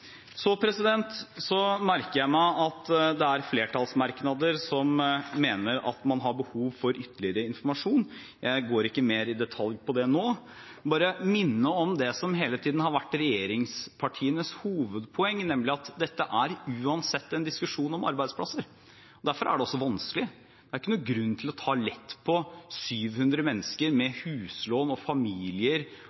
merker meg at det er flertallsmerknader som mener at man har behov for ytterligere informasjon. Jeg går ikke mer i detalj på det nå, men vil bare minne om det som hele tiden har vært regjeringspartienes hovedpoeng, nemlig at dette uansett er en diskusjon om arbeidsplasser. Derfor er det også vanskelig. Det er ikke noen grunn til å ta lett på 700 mennesker med